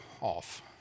off